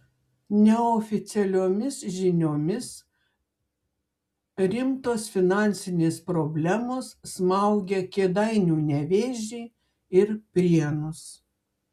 neoficialiomis žiniomis rimtos finansinės problemos smaugia kėdainių nevėžį ir prienus